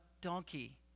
donkey